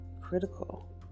critical